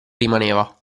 rimaneva